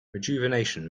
rejuvenation